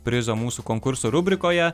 prizo mūsų konkurso rubrikoje